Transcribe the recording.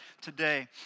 today